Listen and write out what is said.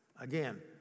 Again